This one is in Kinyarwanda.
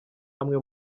amwe